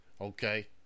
okay